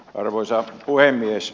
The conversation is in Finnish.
arvoisa puhemies